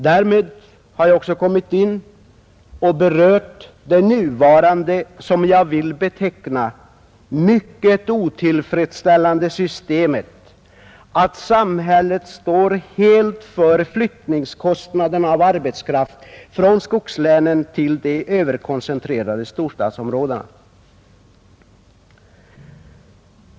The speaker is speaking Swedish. Därmed har jag också kommit in på frågan om det nuvarande som jag anser mycket otillfredsställande systemet att samhället helt står för flyttningskostnaderna av arbetskraft från skogslänen till de överkoncentrerade storstadsområdena.